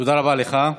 תודה רבה לך.